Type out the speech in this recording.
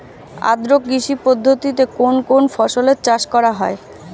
আদ্র কৃষি পদ্ধতিতে কোন কোন ফসলের চাষ করা হয়?